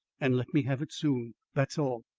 and let me have it soon. that's all.